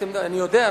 אני יודע,